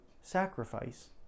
sacrifice